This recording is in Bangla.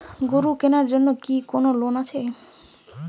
গরু কেনার জন্য কি কোন লোন আছে?